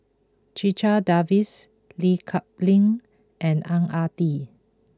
Checha Davies Lee Kip Lin and Ang Ah Tee